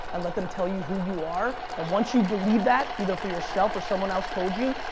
and let them tell you who you are. and once you believe that, either for yourself or someone else told you,